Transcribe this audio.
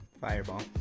Fireball